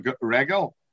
regal